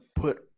put –